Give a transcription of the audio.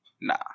Nah